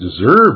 deserve